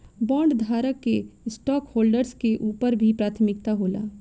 बॉन्डधारक के स्टॉकहोल्डर्स के ऊपर भी प्राथमिकता होला